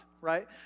right